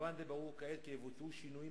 במובן זה ברור כעת כי יבוצעו שינויים